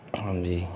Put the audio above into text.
ਹਾਂਜੀ